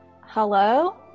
hello